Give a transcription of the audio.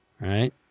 right